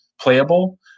playable